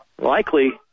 likely